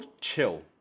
chill